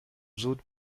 زود